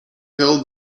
held